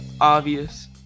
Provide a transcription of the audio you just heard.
obvious